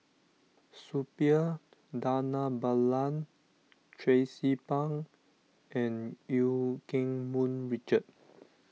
Suppiah Dhanabalan Tracie Pang and Eu Keng Mun Richard